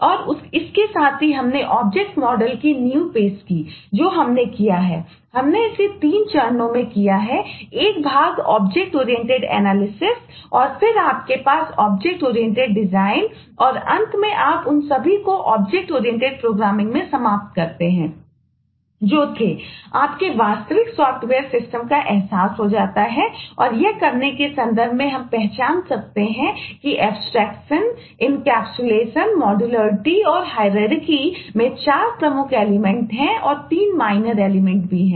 और इसके साथ ही हमने ऑब्जेक्ट मॉडल भी हैं